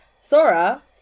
Sora